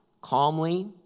calmly